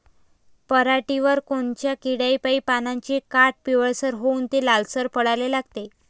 पऱ्हाटीवर कोनत्या किड्यापाई पानाचे काठं पिवळसर होऊन ते लालसर पडाले लागते?